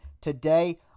today